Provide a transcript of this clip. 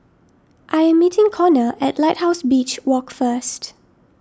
I am meeting Konner at Lighthouse Beach Walk first